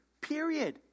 period